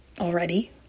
already